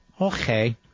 Okay